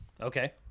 Okay